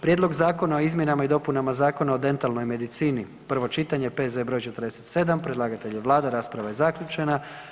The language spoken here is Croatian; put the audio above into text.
Prijedlog zakona o izmjenama i dopunama Zakona o dentalnoj medicini, prvo čitanje, P.Z. br. 47, predlagatelj je Vlada, rasprava je zaključena.